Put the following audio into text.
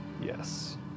Yes